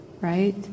Right